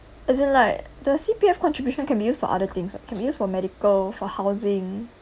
as in like the C_P_F contribution can be used for other things what can be used for medical for housing